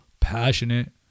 passionate